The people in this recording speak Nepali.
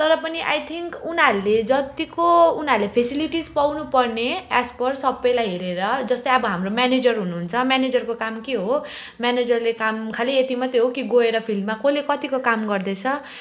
तर पनि आई थिङ्क उनीहरूले जत्तिको उनीहरूले फेसिलिटिस पाउनुपर्ने एज पर सबैलाई हेरेर जस्तै अब हाम्रो म्यानेजर हुनुहुन्छ म्यानेजरको काम के हो म्यानेजरले काम खालि यति मात्रै हो कि गएर फिल्डमा कसले कतिको काम गर्दैछ